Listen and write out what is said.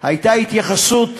הייתה התייחסות,